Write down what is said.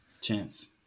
chance